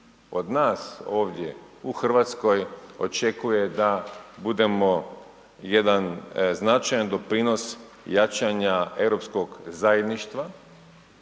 od nas ovdje u Hrvatskoj očekuje da budemo jedan značajan doprinos jačanja europskog zajedništva.